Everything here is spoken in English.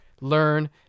Learn